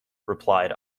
replied